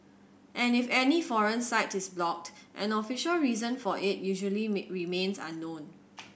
and if any foreign site is blocked an official reason for it usually may remains unknown